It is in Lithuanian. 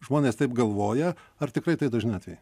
žmonės taip galvoja ar tikrai tai dažni atvejai